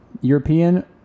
European